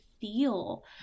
feel